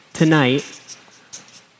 tonight